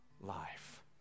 life